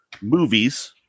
movies